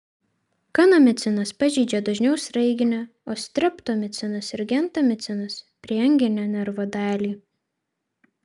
kanamicinas pažeidžia dažniau sraiginę o streptomicinas ir gentamicinas prieanginę nervo dalį